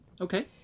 Okay